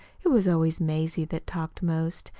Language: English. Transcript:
it was always mazie that talked most.